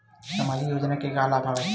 सामाजिक योजना के का का लाभ हवय?